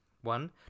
One